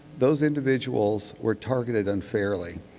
those individuals were targeted unfairly.